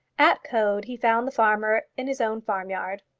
at coed he found the farmer in his own farmyard.